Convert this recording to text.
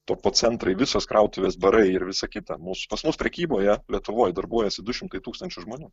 topo centrai visos krautuvės barai ir visa kita mus pas mus prekyboje lietuvoj darbuojasi du šimtai tūkstančių žmonių